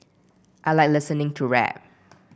I like listening to rap